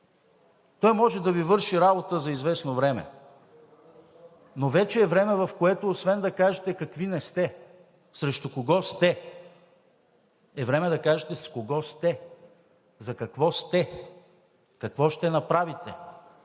Той може да Ви върши работа за известно време, но вече е време, в което освен да кажете какви не сте, срещу кого сте, е време да кажете с кого сте, за какво сте, какво ще направите.